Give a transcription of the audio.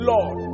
Lord